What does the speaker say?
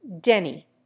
Denny